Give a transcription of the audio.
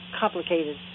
complicated